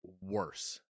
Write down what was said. worse